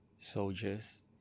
soldiers